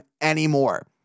anymore